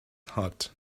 heart